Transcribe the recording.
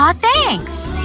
ah thanks!